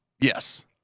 Yes